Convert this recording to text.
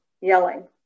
yelling